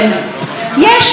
אזרחיות,